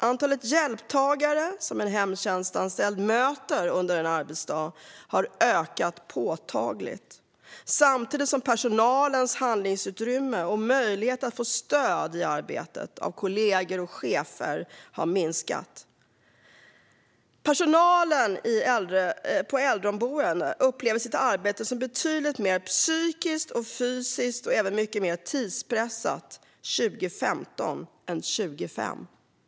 Antalet hjälptagare som en hemtjänstanställd möter under en arbetsdag har ökat påtagligt samtidigt som personalens handlingsutrymme och möjlighet att få stöd i arbetet av kollegor och chefer har minskat. Personalen på äldreboenden upplever sitt arbete som betydligt mer psykiskt och fysiskt tungt och även mycket mer tidspressat år 2015 än 2005.